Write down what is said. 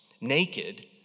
naked